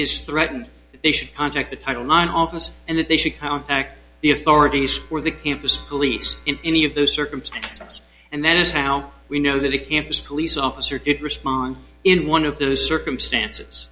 is threatened they should contact the title nine officer and that they should contact the authorities for the campus police in any of those circumstances and that is how we know that the campus police officer did respond in one of those circumstances